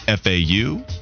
FAU